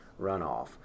runoff